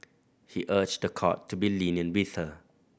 he urged the court to be lenient with her